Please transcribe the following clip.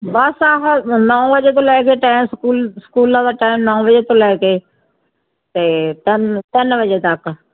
ਬਸ ਆਹ ਨੌਂ ਵਜੇ ਤੋਂ ਲੈ ਕੇ ਟੈਮ ਸਕੂਲ ਸਕੂਲਾਂ ਦਾ ਟੈਮ ਨੌਂ ਵਜੇ ਤੋਂ ਲੈ ਕੇ ਅਤੇ ਤਿੰਨ ਤਿੰਨ ਵਜੇ ਤੱਕ